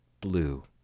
blue